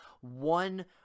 one